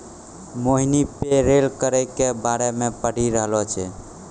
मोहिनी payroll करो के बारे मे पढ़ि रहलो छलै